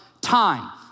time